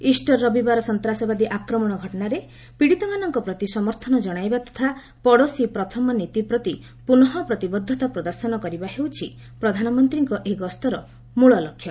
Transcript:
Easter ରବିବାର ସନ୍ତାସବାଦୀ ଆକ୍ରମଣ ଘଟଣାରେ ପିଡ଼ିତମାନଙ୍କ ପ୍ରତି ସମର୍ଥନ ଜଣାଇବା ତଥା ପଡ଼ୋଶୀ ପ୍ରଥମ ନୀତି ପ୍ରତି ପ୍ରନଃ ପ୍ରତିବଦ୍ଧତା ପ୍ରଦର୍ଶନ କରିବା ହେଉଛି ପ୍ରଧାନମନ୍ତ୍ରୀଙ୍କ ଏହି ଗସ୍ତର ମୂଳ ଲକ୍ଷ୍ୟ